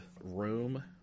room